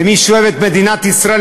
בבקשה, אדוני.